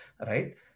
right